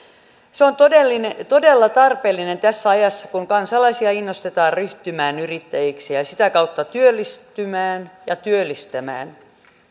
se on todella tarpeellinen tässä ajassa kun kansalaisia innostetaan ryhtymään yrittäjiksi ja ja sitä kautta työllistymään ja työllistämään